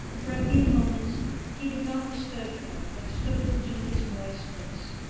for a few moments he did not disturb her, but stood looking at his boy's face.